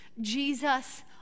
Jesus